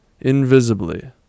invisibly